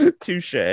touche